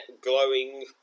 glowing